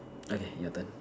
okay your turn